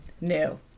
new